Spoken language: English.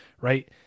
right